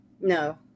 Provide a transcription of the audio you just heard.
No